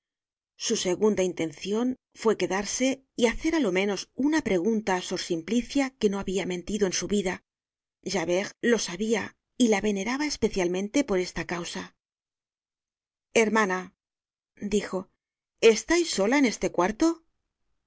su segunda intencion fue quedarse y hacer á lo menos una pregunta á sor simplicia que no habia mentido en su vida javert lo sabia y la veneraba especialmente por esta causa hermana dijo estais sola en este cuarto